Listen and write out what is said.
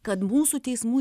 kad mūsų teismų